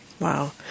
Wow